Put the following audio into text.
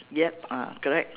yup ah correct